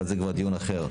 אבל זה כבר דיון אחר.